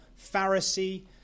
Pharisee